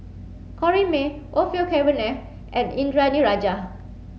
Corrinne May Orfeur Cavenagh and Indranee Rajah